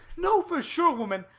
know for sure, woman,